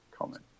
comment